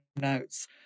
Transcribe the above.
notes